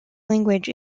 language